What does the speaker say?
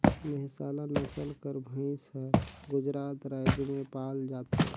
मेहसाला नसल कर भंइस हर गुजरात राएज में पाल जाथे